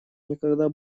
никогда